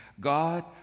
God